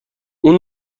اون